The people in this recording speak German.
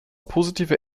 positive